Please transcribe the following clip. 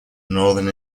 northern